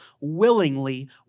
willingly